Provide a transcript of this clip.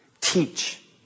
Teach